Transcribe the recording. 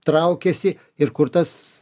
traukiasi ir kur tas